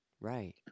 Right